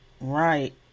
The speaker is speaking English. right